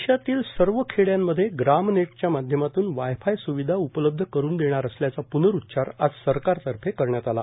देशातील सर्व खेडचांमध्ये ग्रामनेटच्या माध्यमातून वायफाय सुविषा उपलब्ध करून देणार असल्याचा पुनरूच्यार आज सरकारतर्फे करण्यात आला